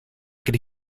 could